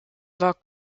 war